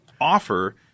offer